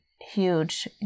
huge